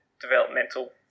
developmental